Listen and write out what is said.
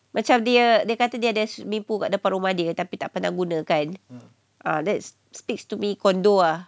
macam dia dia kata dia ada swimming pool kat depan rumah dia tapi tak pernah guna kan uh that's fixed to me condo lah